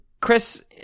Chris